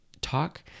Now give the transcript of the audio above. talk